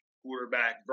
quarterback